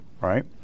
right